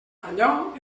allò